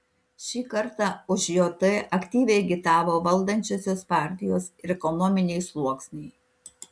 šį kartą už jt aktyviai agitavo valdančiosios partijos ir ekonominiai sluoksniai